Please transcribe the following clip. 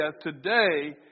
today